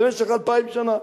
במשך אלפיים שנה.